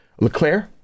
Leclerc